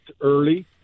early